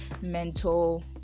mental